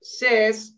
says